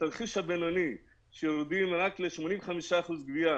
בתרחיש הבינוני, כשיורדים רק ל-85% גבייה